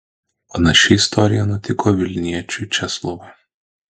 panaši istorija nutiko vilniečiui česlovui